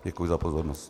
Děkuji za pozornost.